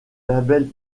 label